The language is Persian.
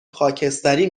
خاکستری